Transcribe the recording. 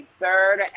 Third